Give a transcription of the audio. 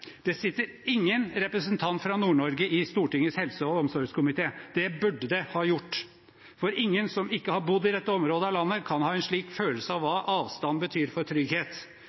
Det sitter ingen representant fra Nord-Norge i Stortingets helse- og omsorgskomité. Det burde det ha gjort, for den som ikke har bodd i dette området av landet, kan ikke ha en slik følelse av hva avstand betyr for trygghet.